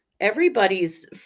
everybody's